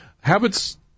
habits